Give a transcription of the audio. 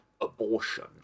abortion